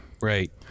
Right